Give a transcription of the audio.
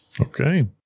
okay